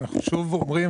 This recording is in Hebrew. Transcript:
אנחנו שוב אומרים,